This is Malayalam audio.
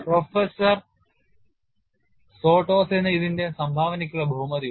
പ്രൊഫസർ സൊട്ടോസിന് ഇതിന്റെ സംഭാവനയ്ക്കുള്ള ബഹുമതി ഉണ്ട്